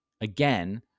again